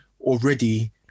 already